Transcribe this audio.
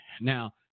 now